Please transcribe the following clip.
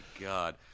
God